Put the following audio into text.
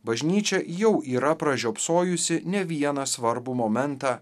bažnyčia jau yra pražiopsojusi ne vieną svarbų momentą